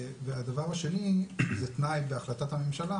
הדבר השני זה תנאי בהחלטת הממשלה,